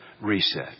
reset